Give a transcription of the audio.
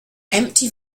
empty